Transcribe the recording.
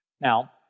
Now